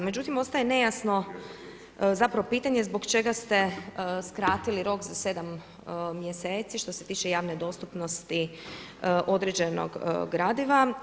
Međutim, ostaje nejasno, zapravo, pitanje, zbog čega ste skratili rok za 7 mjeseci, što se tiče javne dostupnosti, određenog gradiva.